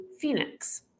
Phoenix